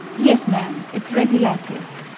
yes, ma'am. it's ready lighted.